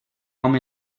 hom